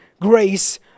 grace